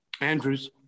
Andrews